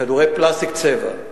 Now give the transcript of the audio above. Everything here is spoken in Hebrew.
כדורי פלסטיק-צבע.